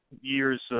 year's